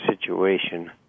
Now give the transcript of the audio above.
situation